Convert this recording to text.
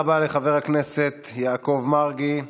תודה רבה לחבר הכנסת יעקב מרגי.